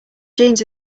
jeans